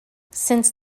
since